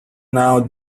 now